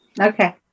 Okay